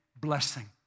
blessing